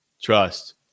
Trust